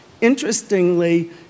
interestingly